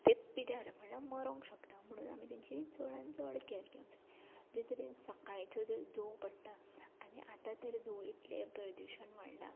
ते पिड्ड्यार म्हळ्ळ्या मरूंक शकता म्हुणून आमी तांची चडांत चड कॅर घेवंक जाय जे तरीन सकाळचो जो दंव पडटा आनी आतां तरी दंव इतलें प्रद्युशण वाडलां